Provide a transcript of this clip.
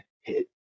hit